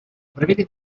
prevede